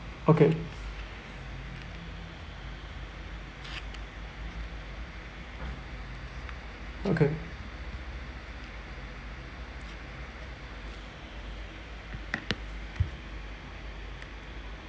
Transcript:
okay okay